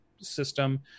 System